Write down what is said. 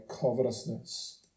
covetousness